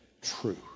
true